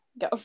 Go